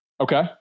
Okay